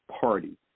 party